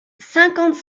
cinquante